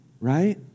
right